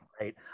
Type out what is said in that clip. Right